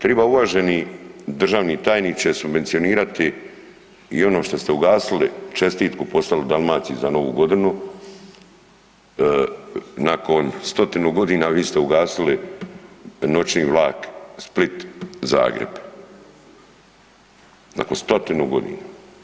Triba uvaženi državni tajniče subvencionirati i ono šta ste ugasili, čestitku poslali Dalmaciji za Novu Godinu nakon 100-tinu godina vi ste ugasili noćni vlak Split-Zagreb, nakon 100-tinu godina.